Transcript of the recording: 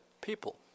people